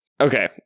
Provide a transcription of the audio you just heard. Okay